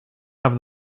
have